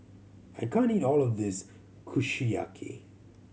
I can't eat all of this Kushiyaki